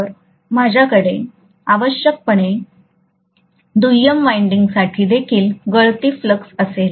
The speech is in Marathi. तर माझ्याकडे आवश्यकपणे दुय्यम वायंडिंगसाठी देखील गळती फ्लक्स असेल